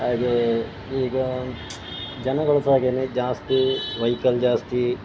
ಹಾಗೆ ಈಗ ಜನಗಳು ಸಹ ಹಾಗೇನೆ ಜಾಸ್ತಿ ವಯ್ಕಲ್ ಜಾಸ್ತಿ